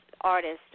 artists